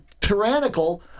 tyrannical